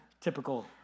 typical